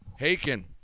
Haken